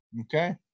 Okay